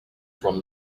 from